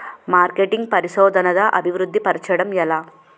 marketing పరిశోధనదా అభివృద్ధి పరచడం ఎలా